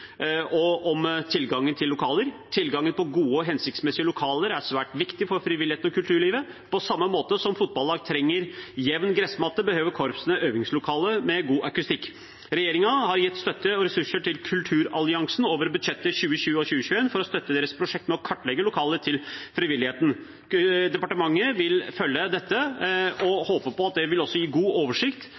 om tilgangen til lokaler. Tilgangen på gode og hensiktsmessige lokaler er svært viktig for frivilligheten og kulturlivet. På samme måte som fotballag trenger jevn gressmatte, behøver korpsene øvingslokale med god akustikk. Regjeringen har gitt støtte og ressurser til Kulturalliansen over budsjettet for 2020 og 2021 for å støtte deres prosjekt med å kartlegge lokaler til frivilligheten. Departementet vil følge dette og håper at det vil gi god oversikt